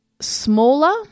smaller